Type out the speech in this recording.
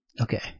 Okay